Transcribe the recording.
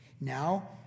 Now